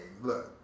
look